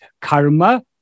karma